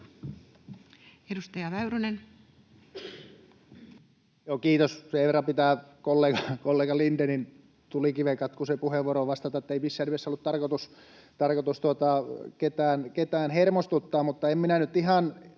Content: Joo, kiitos! Sen verran pitää kollega Lindénin tulikivenkatkuiseen puheenvuoroon vastata, että ei missään nimessä ollut tarkoitus ketään hermostuttaa, mutta en minä tuosta